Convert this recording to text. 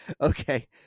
Okay